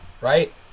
right